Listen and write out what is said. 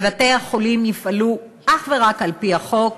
בבתי-החולים יפעלו אך ורק על-פי החוק,